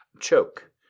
Choke